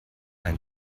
ein